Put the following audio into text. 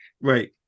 Right